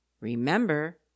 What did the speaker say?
remember